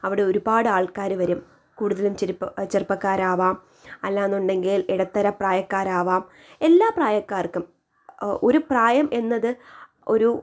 അവിടെ ഒരുപാട് ആൾക്കാർ വരും കൂടുതലും ചെറുപ്പക്കാരാവാം അല്ലായെന്നുണ്ടെങ്കിൽ ഇടത്തര പ്രായക്കാരാവാം എല്ലാ പ്രായക്കാർക്കും ഒരു പ്രായം എന്നത് ഒരു